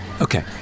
Okay